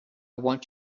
want